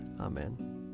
Amen